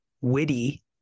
witty